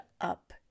up